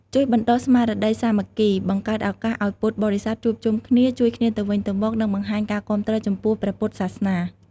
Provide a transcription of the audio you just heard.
ជួយបណ្ដុះស្មារតីសាមគ្គី បង្កើតឱកាសឱ្យពុទ្ធបរិស័ទជួបជុំគ្នា ជួយគ្នាទៅវិញទៅមក និងបង្ហាញការគាំទ្រចំពោះព្រះពុទ្ធសាសនា។